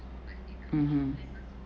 mm mm